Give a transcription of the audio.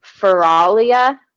Feralia